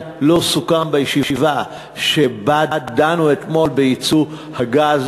לא סוכם בישיבה שבה דנו אתמול ביצוא הגז,